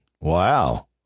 wow